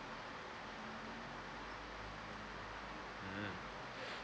mm